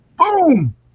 Boom